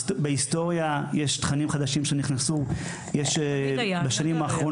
אני לימדתי, וזה תמיד היה.